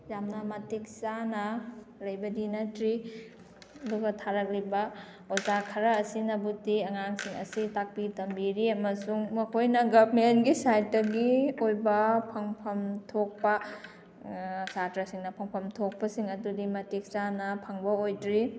ꯌꯥꯝꯅ ꯃꯇꯤꯛ ꯆꯥꯅ ꯂꯩꯕꯗꯤ ꯅꯠꯇ꯭ꯔꯤ ꯑꯗꯨꯒ ꯊꯥꯔꯛꯂꯤꯕ ꯑꯣꯖꯥ ꯈꯔ ꯑꯁꯤꯅꯕꯨꯗꯤ ꯑꯉꯥꯡꯁꯤꯡ ꯑꯁꯤ ꯇꯥꯛꯄꯤ ꯇꯝꯕꯤꯔꯤ ꯑꯃꯁꯨꯡ ꯃꯈꯣꯏꯅ ꯒꯚꯔꯟꯃꯦꯟꯠꯒꯤ ꯁꯥꯏꯠꯇꯒꯤ ꯑꯣꯏꯕ ꯐꯪꯐꯝ ꯊꯣꯛꯄ ꯁꯥꯠꯇ꯭ꯔꯁꯤꯡꯅ ꯐꯪꯐꯝ ꯊꯣꯛꯄꯁꯤꯡ ꯑꯗꯨꯗꯤ ꯃꯇꯤꯛ ꯆꯥꯅ ꯐꯪꯕ ꯑꯣꯏꯗ꯭ꯔꯤ